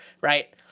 Right